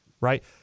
right